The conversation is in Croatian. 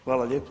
Hvala lijepo.